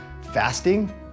fasting